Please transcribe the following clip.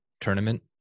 tournament